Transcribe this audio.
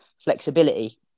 flexibility